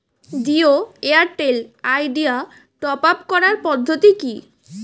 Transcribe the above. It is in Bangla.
জিও এয়ারটেল আইডিয়া টপ আপ করার পদ্ধতি কি?